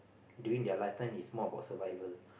during their lifetime it's more about survival